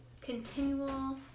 continual